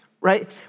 right